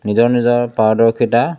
নিজৰ নিজৰ পাৰদৰ্শিতা